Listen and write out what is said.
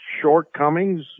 shortcomings